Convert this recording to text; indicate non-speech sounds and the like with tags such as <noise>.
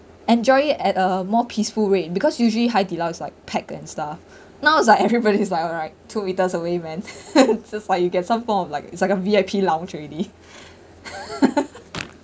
enjoy it at a more peaceful way because usually 海底捞 is like packed and stuff <breath> now it's like everybody <laughs> is like alright two meters away man <laughs> <laughs> just like you get some form of like it's like a V_I_P lounge already <laughs>